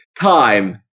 time